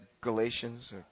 Galatians